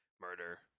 murder